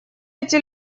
эти